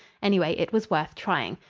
anyway, it was worth trying.